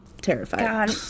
terrified